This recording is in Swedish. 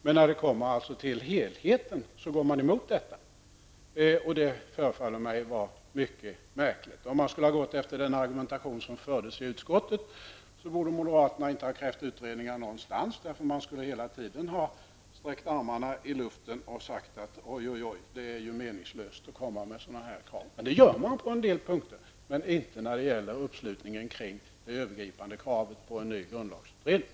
Men när det kommer till helheten går moderaterna emot detta. Det förefaller mig vara mycket märkligt. Om man skulle ha gått efter den argumentation som fördes i utskottet, så borde moderaterna inte ha krävt utredningar på något område, eftersom de hela tiden har sträckt armarna i luften och sagt att det är meningslöst att föra fram sådana krav. Men på en del punkter kräver de alltså utredning, men inte när det gäller det övergripande kravet på en ny grundlagsutredning.